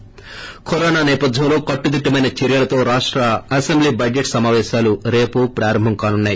ి కరోనా సేపథ్యంలో కట్టుదిట్టమైన చర్యలతో రాష్ట అసెంబ్లీ బడ్లెట్ సమాపేశాలు రేపు ప్రారంభం కానున్నాయి